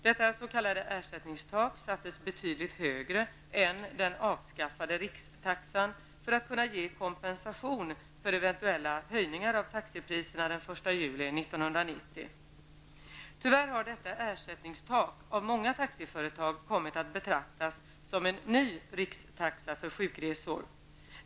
detta s.k. ersättningstak sattes betydligt högre än den avskaffade rikstaxan för att kunna ge kompensation för eventuella höjningar av taxipriserna den 1 juli 1990. Tyvärr har detta ersättningstak av många taxiföretag kommit att betraktas som en ny rikstaxa för sjukresor.